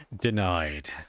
Denied